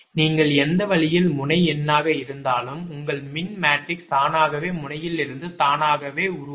நீங்கள் எந்த வழியில் முனை எண்ணாக இருந்தாலும் உங்கள் மின் மேட்ரிக்ஸ் தானாகவே முனையிலிருந்து தானாகவே உருவாகும்